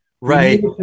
right